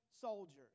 soldiers